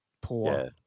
poor